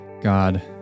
God